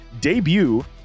debut